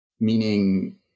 Meaning